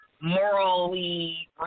morally